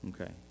okay